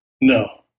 No